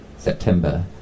September